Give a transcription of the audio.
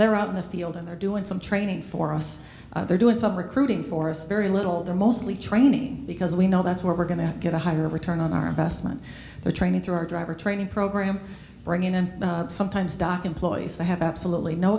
they're out in the field and they're doing some training for us they're doing some recruiting forests very little there mostly training because we know that's where we're going to get a higher return on our investment the training through our driver training program bring in and sometimes dock employees they have absolutely no